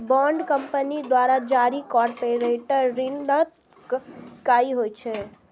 bond company द्वारा जारी corporate ऋणक इकाइ होइ छै